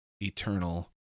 eternal